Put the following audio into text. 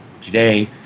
today